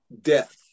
death